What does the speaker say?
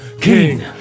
king